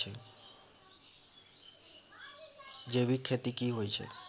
जैविक खेती की होए छै?